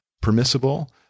permissible